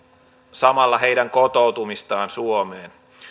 samalla heidän kotoutumistaan suomeen